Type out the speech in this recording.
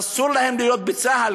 אסור להם להיות בצה"ל,